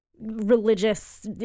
religious